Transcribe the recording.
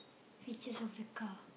features of the car